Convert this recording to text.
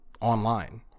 online